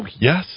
yes